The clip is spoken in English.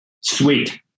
Sweet